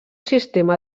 sistema